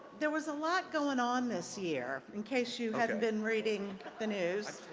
there was a lot going on this year, in case you haven't been reading the news,